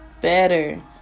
better